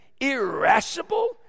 irascible